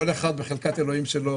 כל אחד בחלקת אלוהים שלו,